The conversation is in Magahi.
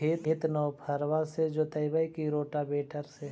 खेत नौफरबा से जोतइबै की रोटावेटर से?